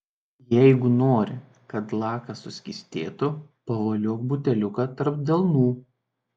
jeigu nori kad lakas suskystėtų pavoliok buteliuką tarp delnų